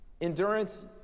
endurance